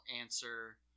answer